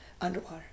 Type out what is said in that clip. underwater